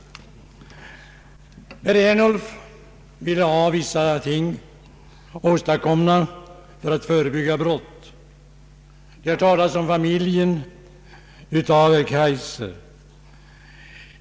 Herr Ernulf ville att vissa åtgärder skulle vidtas för att förebygga brott. Herr Kaijser har talat om familjens betydelse.